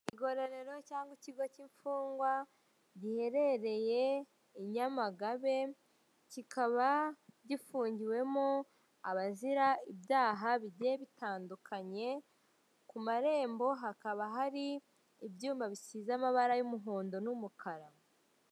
Igororero cyangwa ikigo cyimfungwa giherereye inyamagabe kikaba gifungiwemo abazira ibyaha bigiye bitandukanye, kumarembo hakaba hari ibyuma bisize amabara y'umuhondo n'umukara.